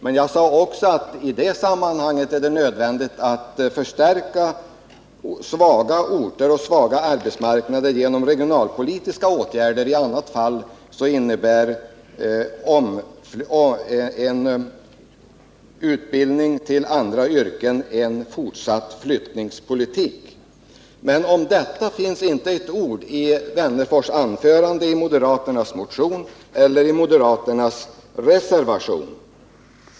Men jag sade också att det i det sammanhanget är nödvändigt att förstärka svaga orter och svaga arbetsmarknader genom regionalpolitiska åtgärder. I annat fall innebär en utbildning till nya yrken en fortsatt flyttningspolitik. Om detta finns inte ett ord i Alf Wennerfors anförande, i moderaternas motion eller i moderaternas reservation.